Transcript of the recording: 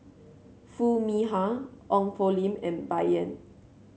Foo Mee Har Ong Poh Lim and Bai Yan